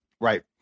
Right